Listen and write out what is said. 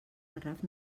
garraf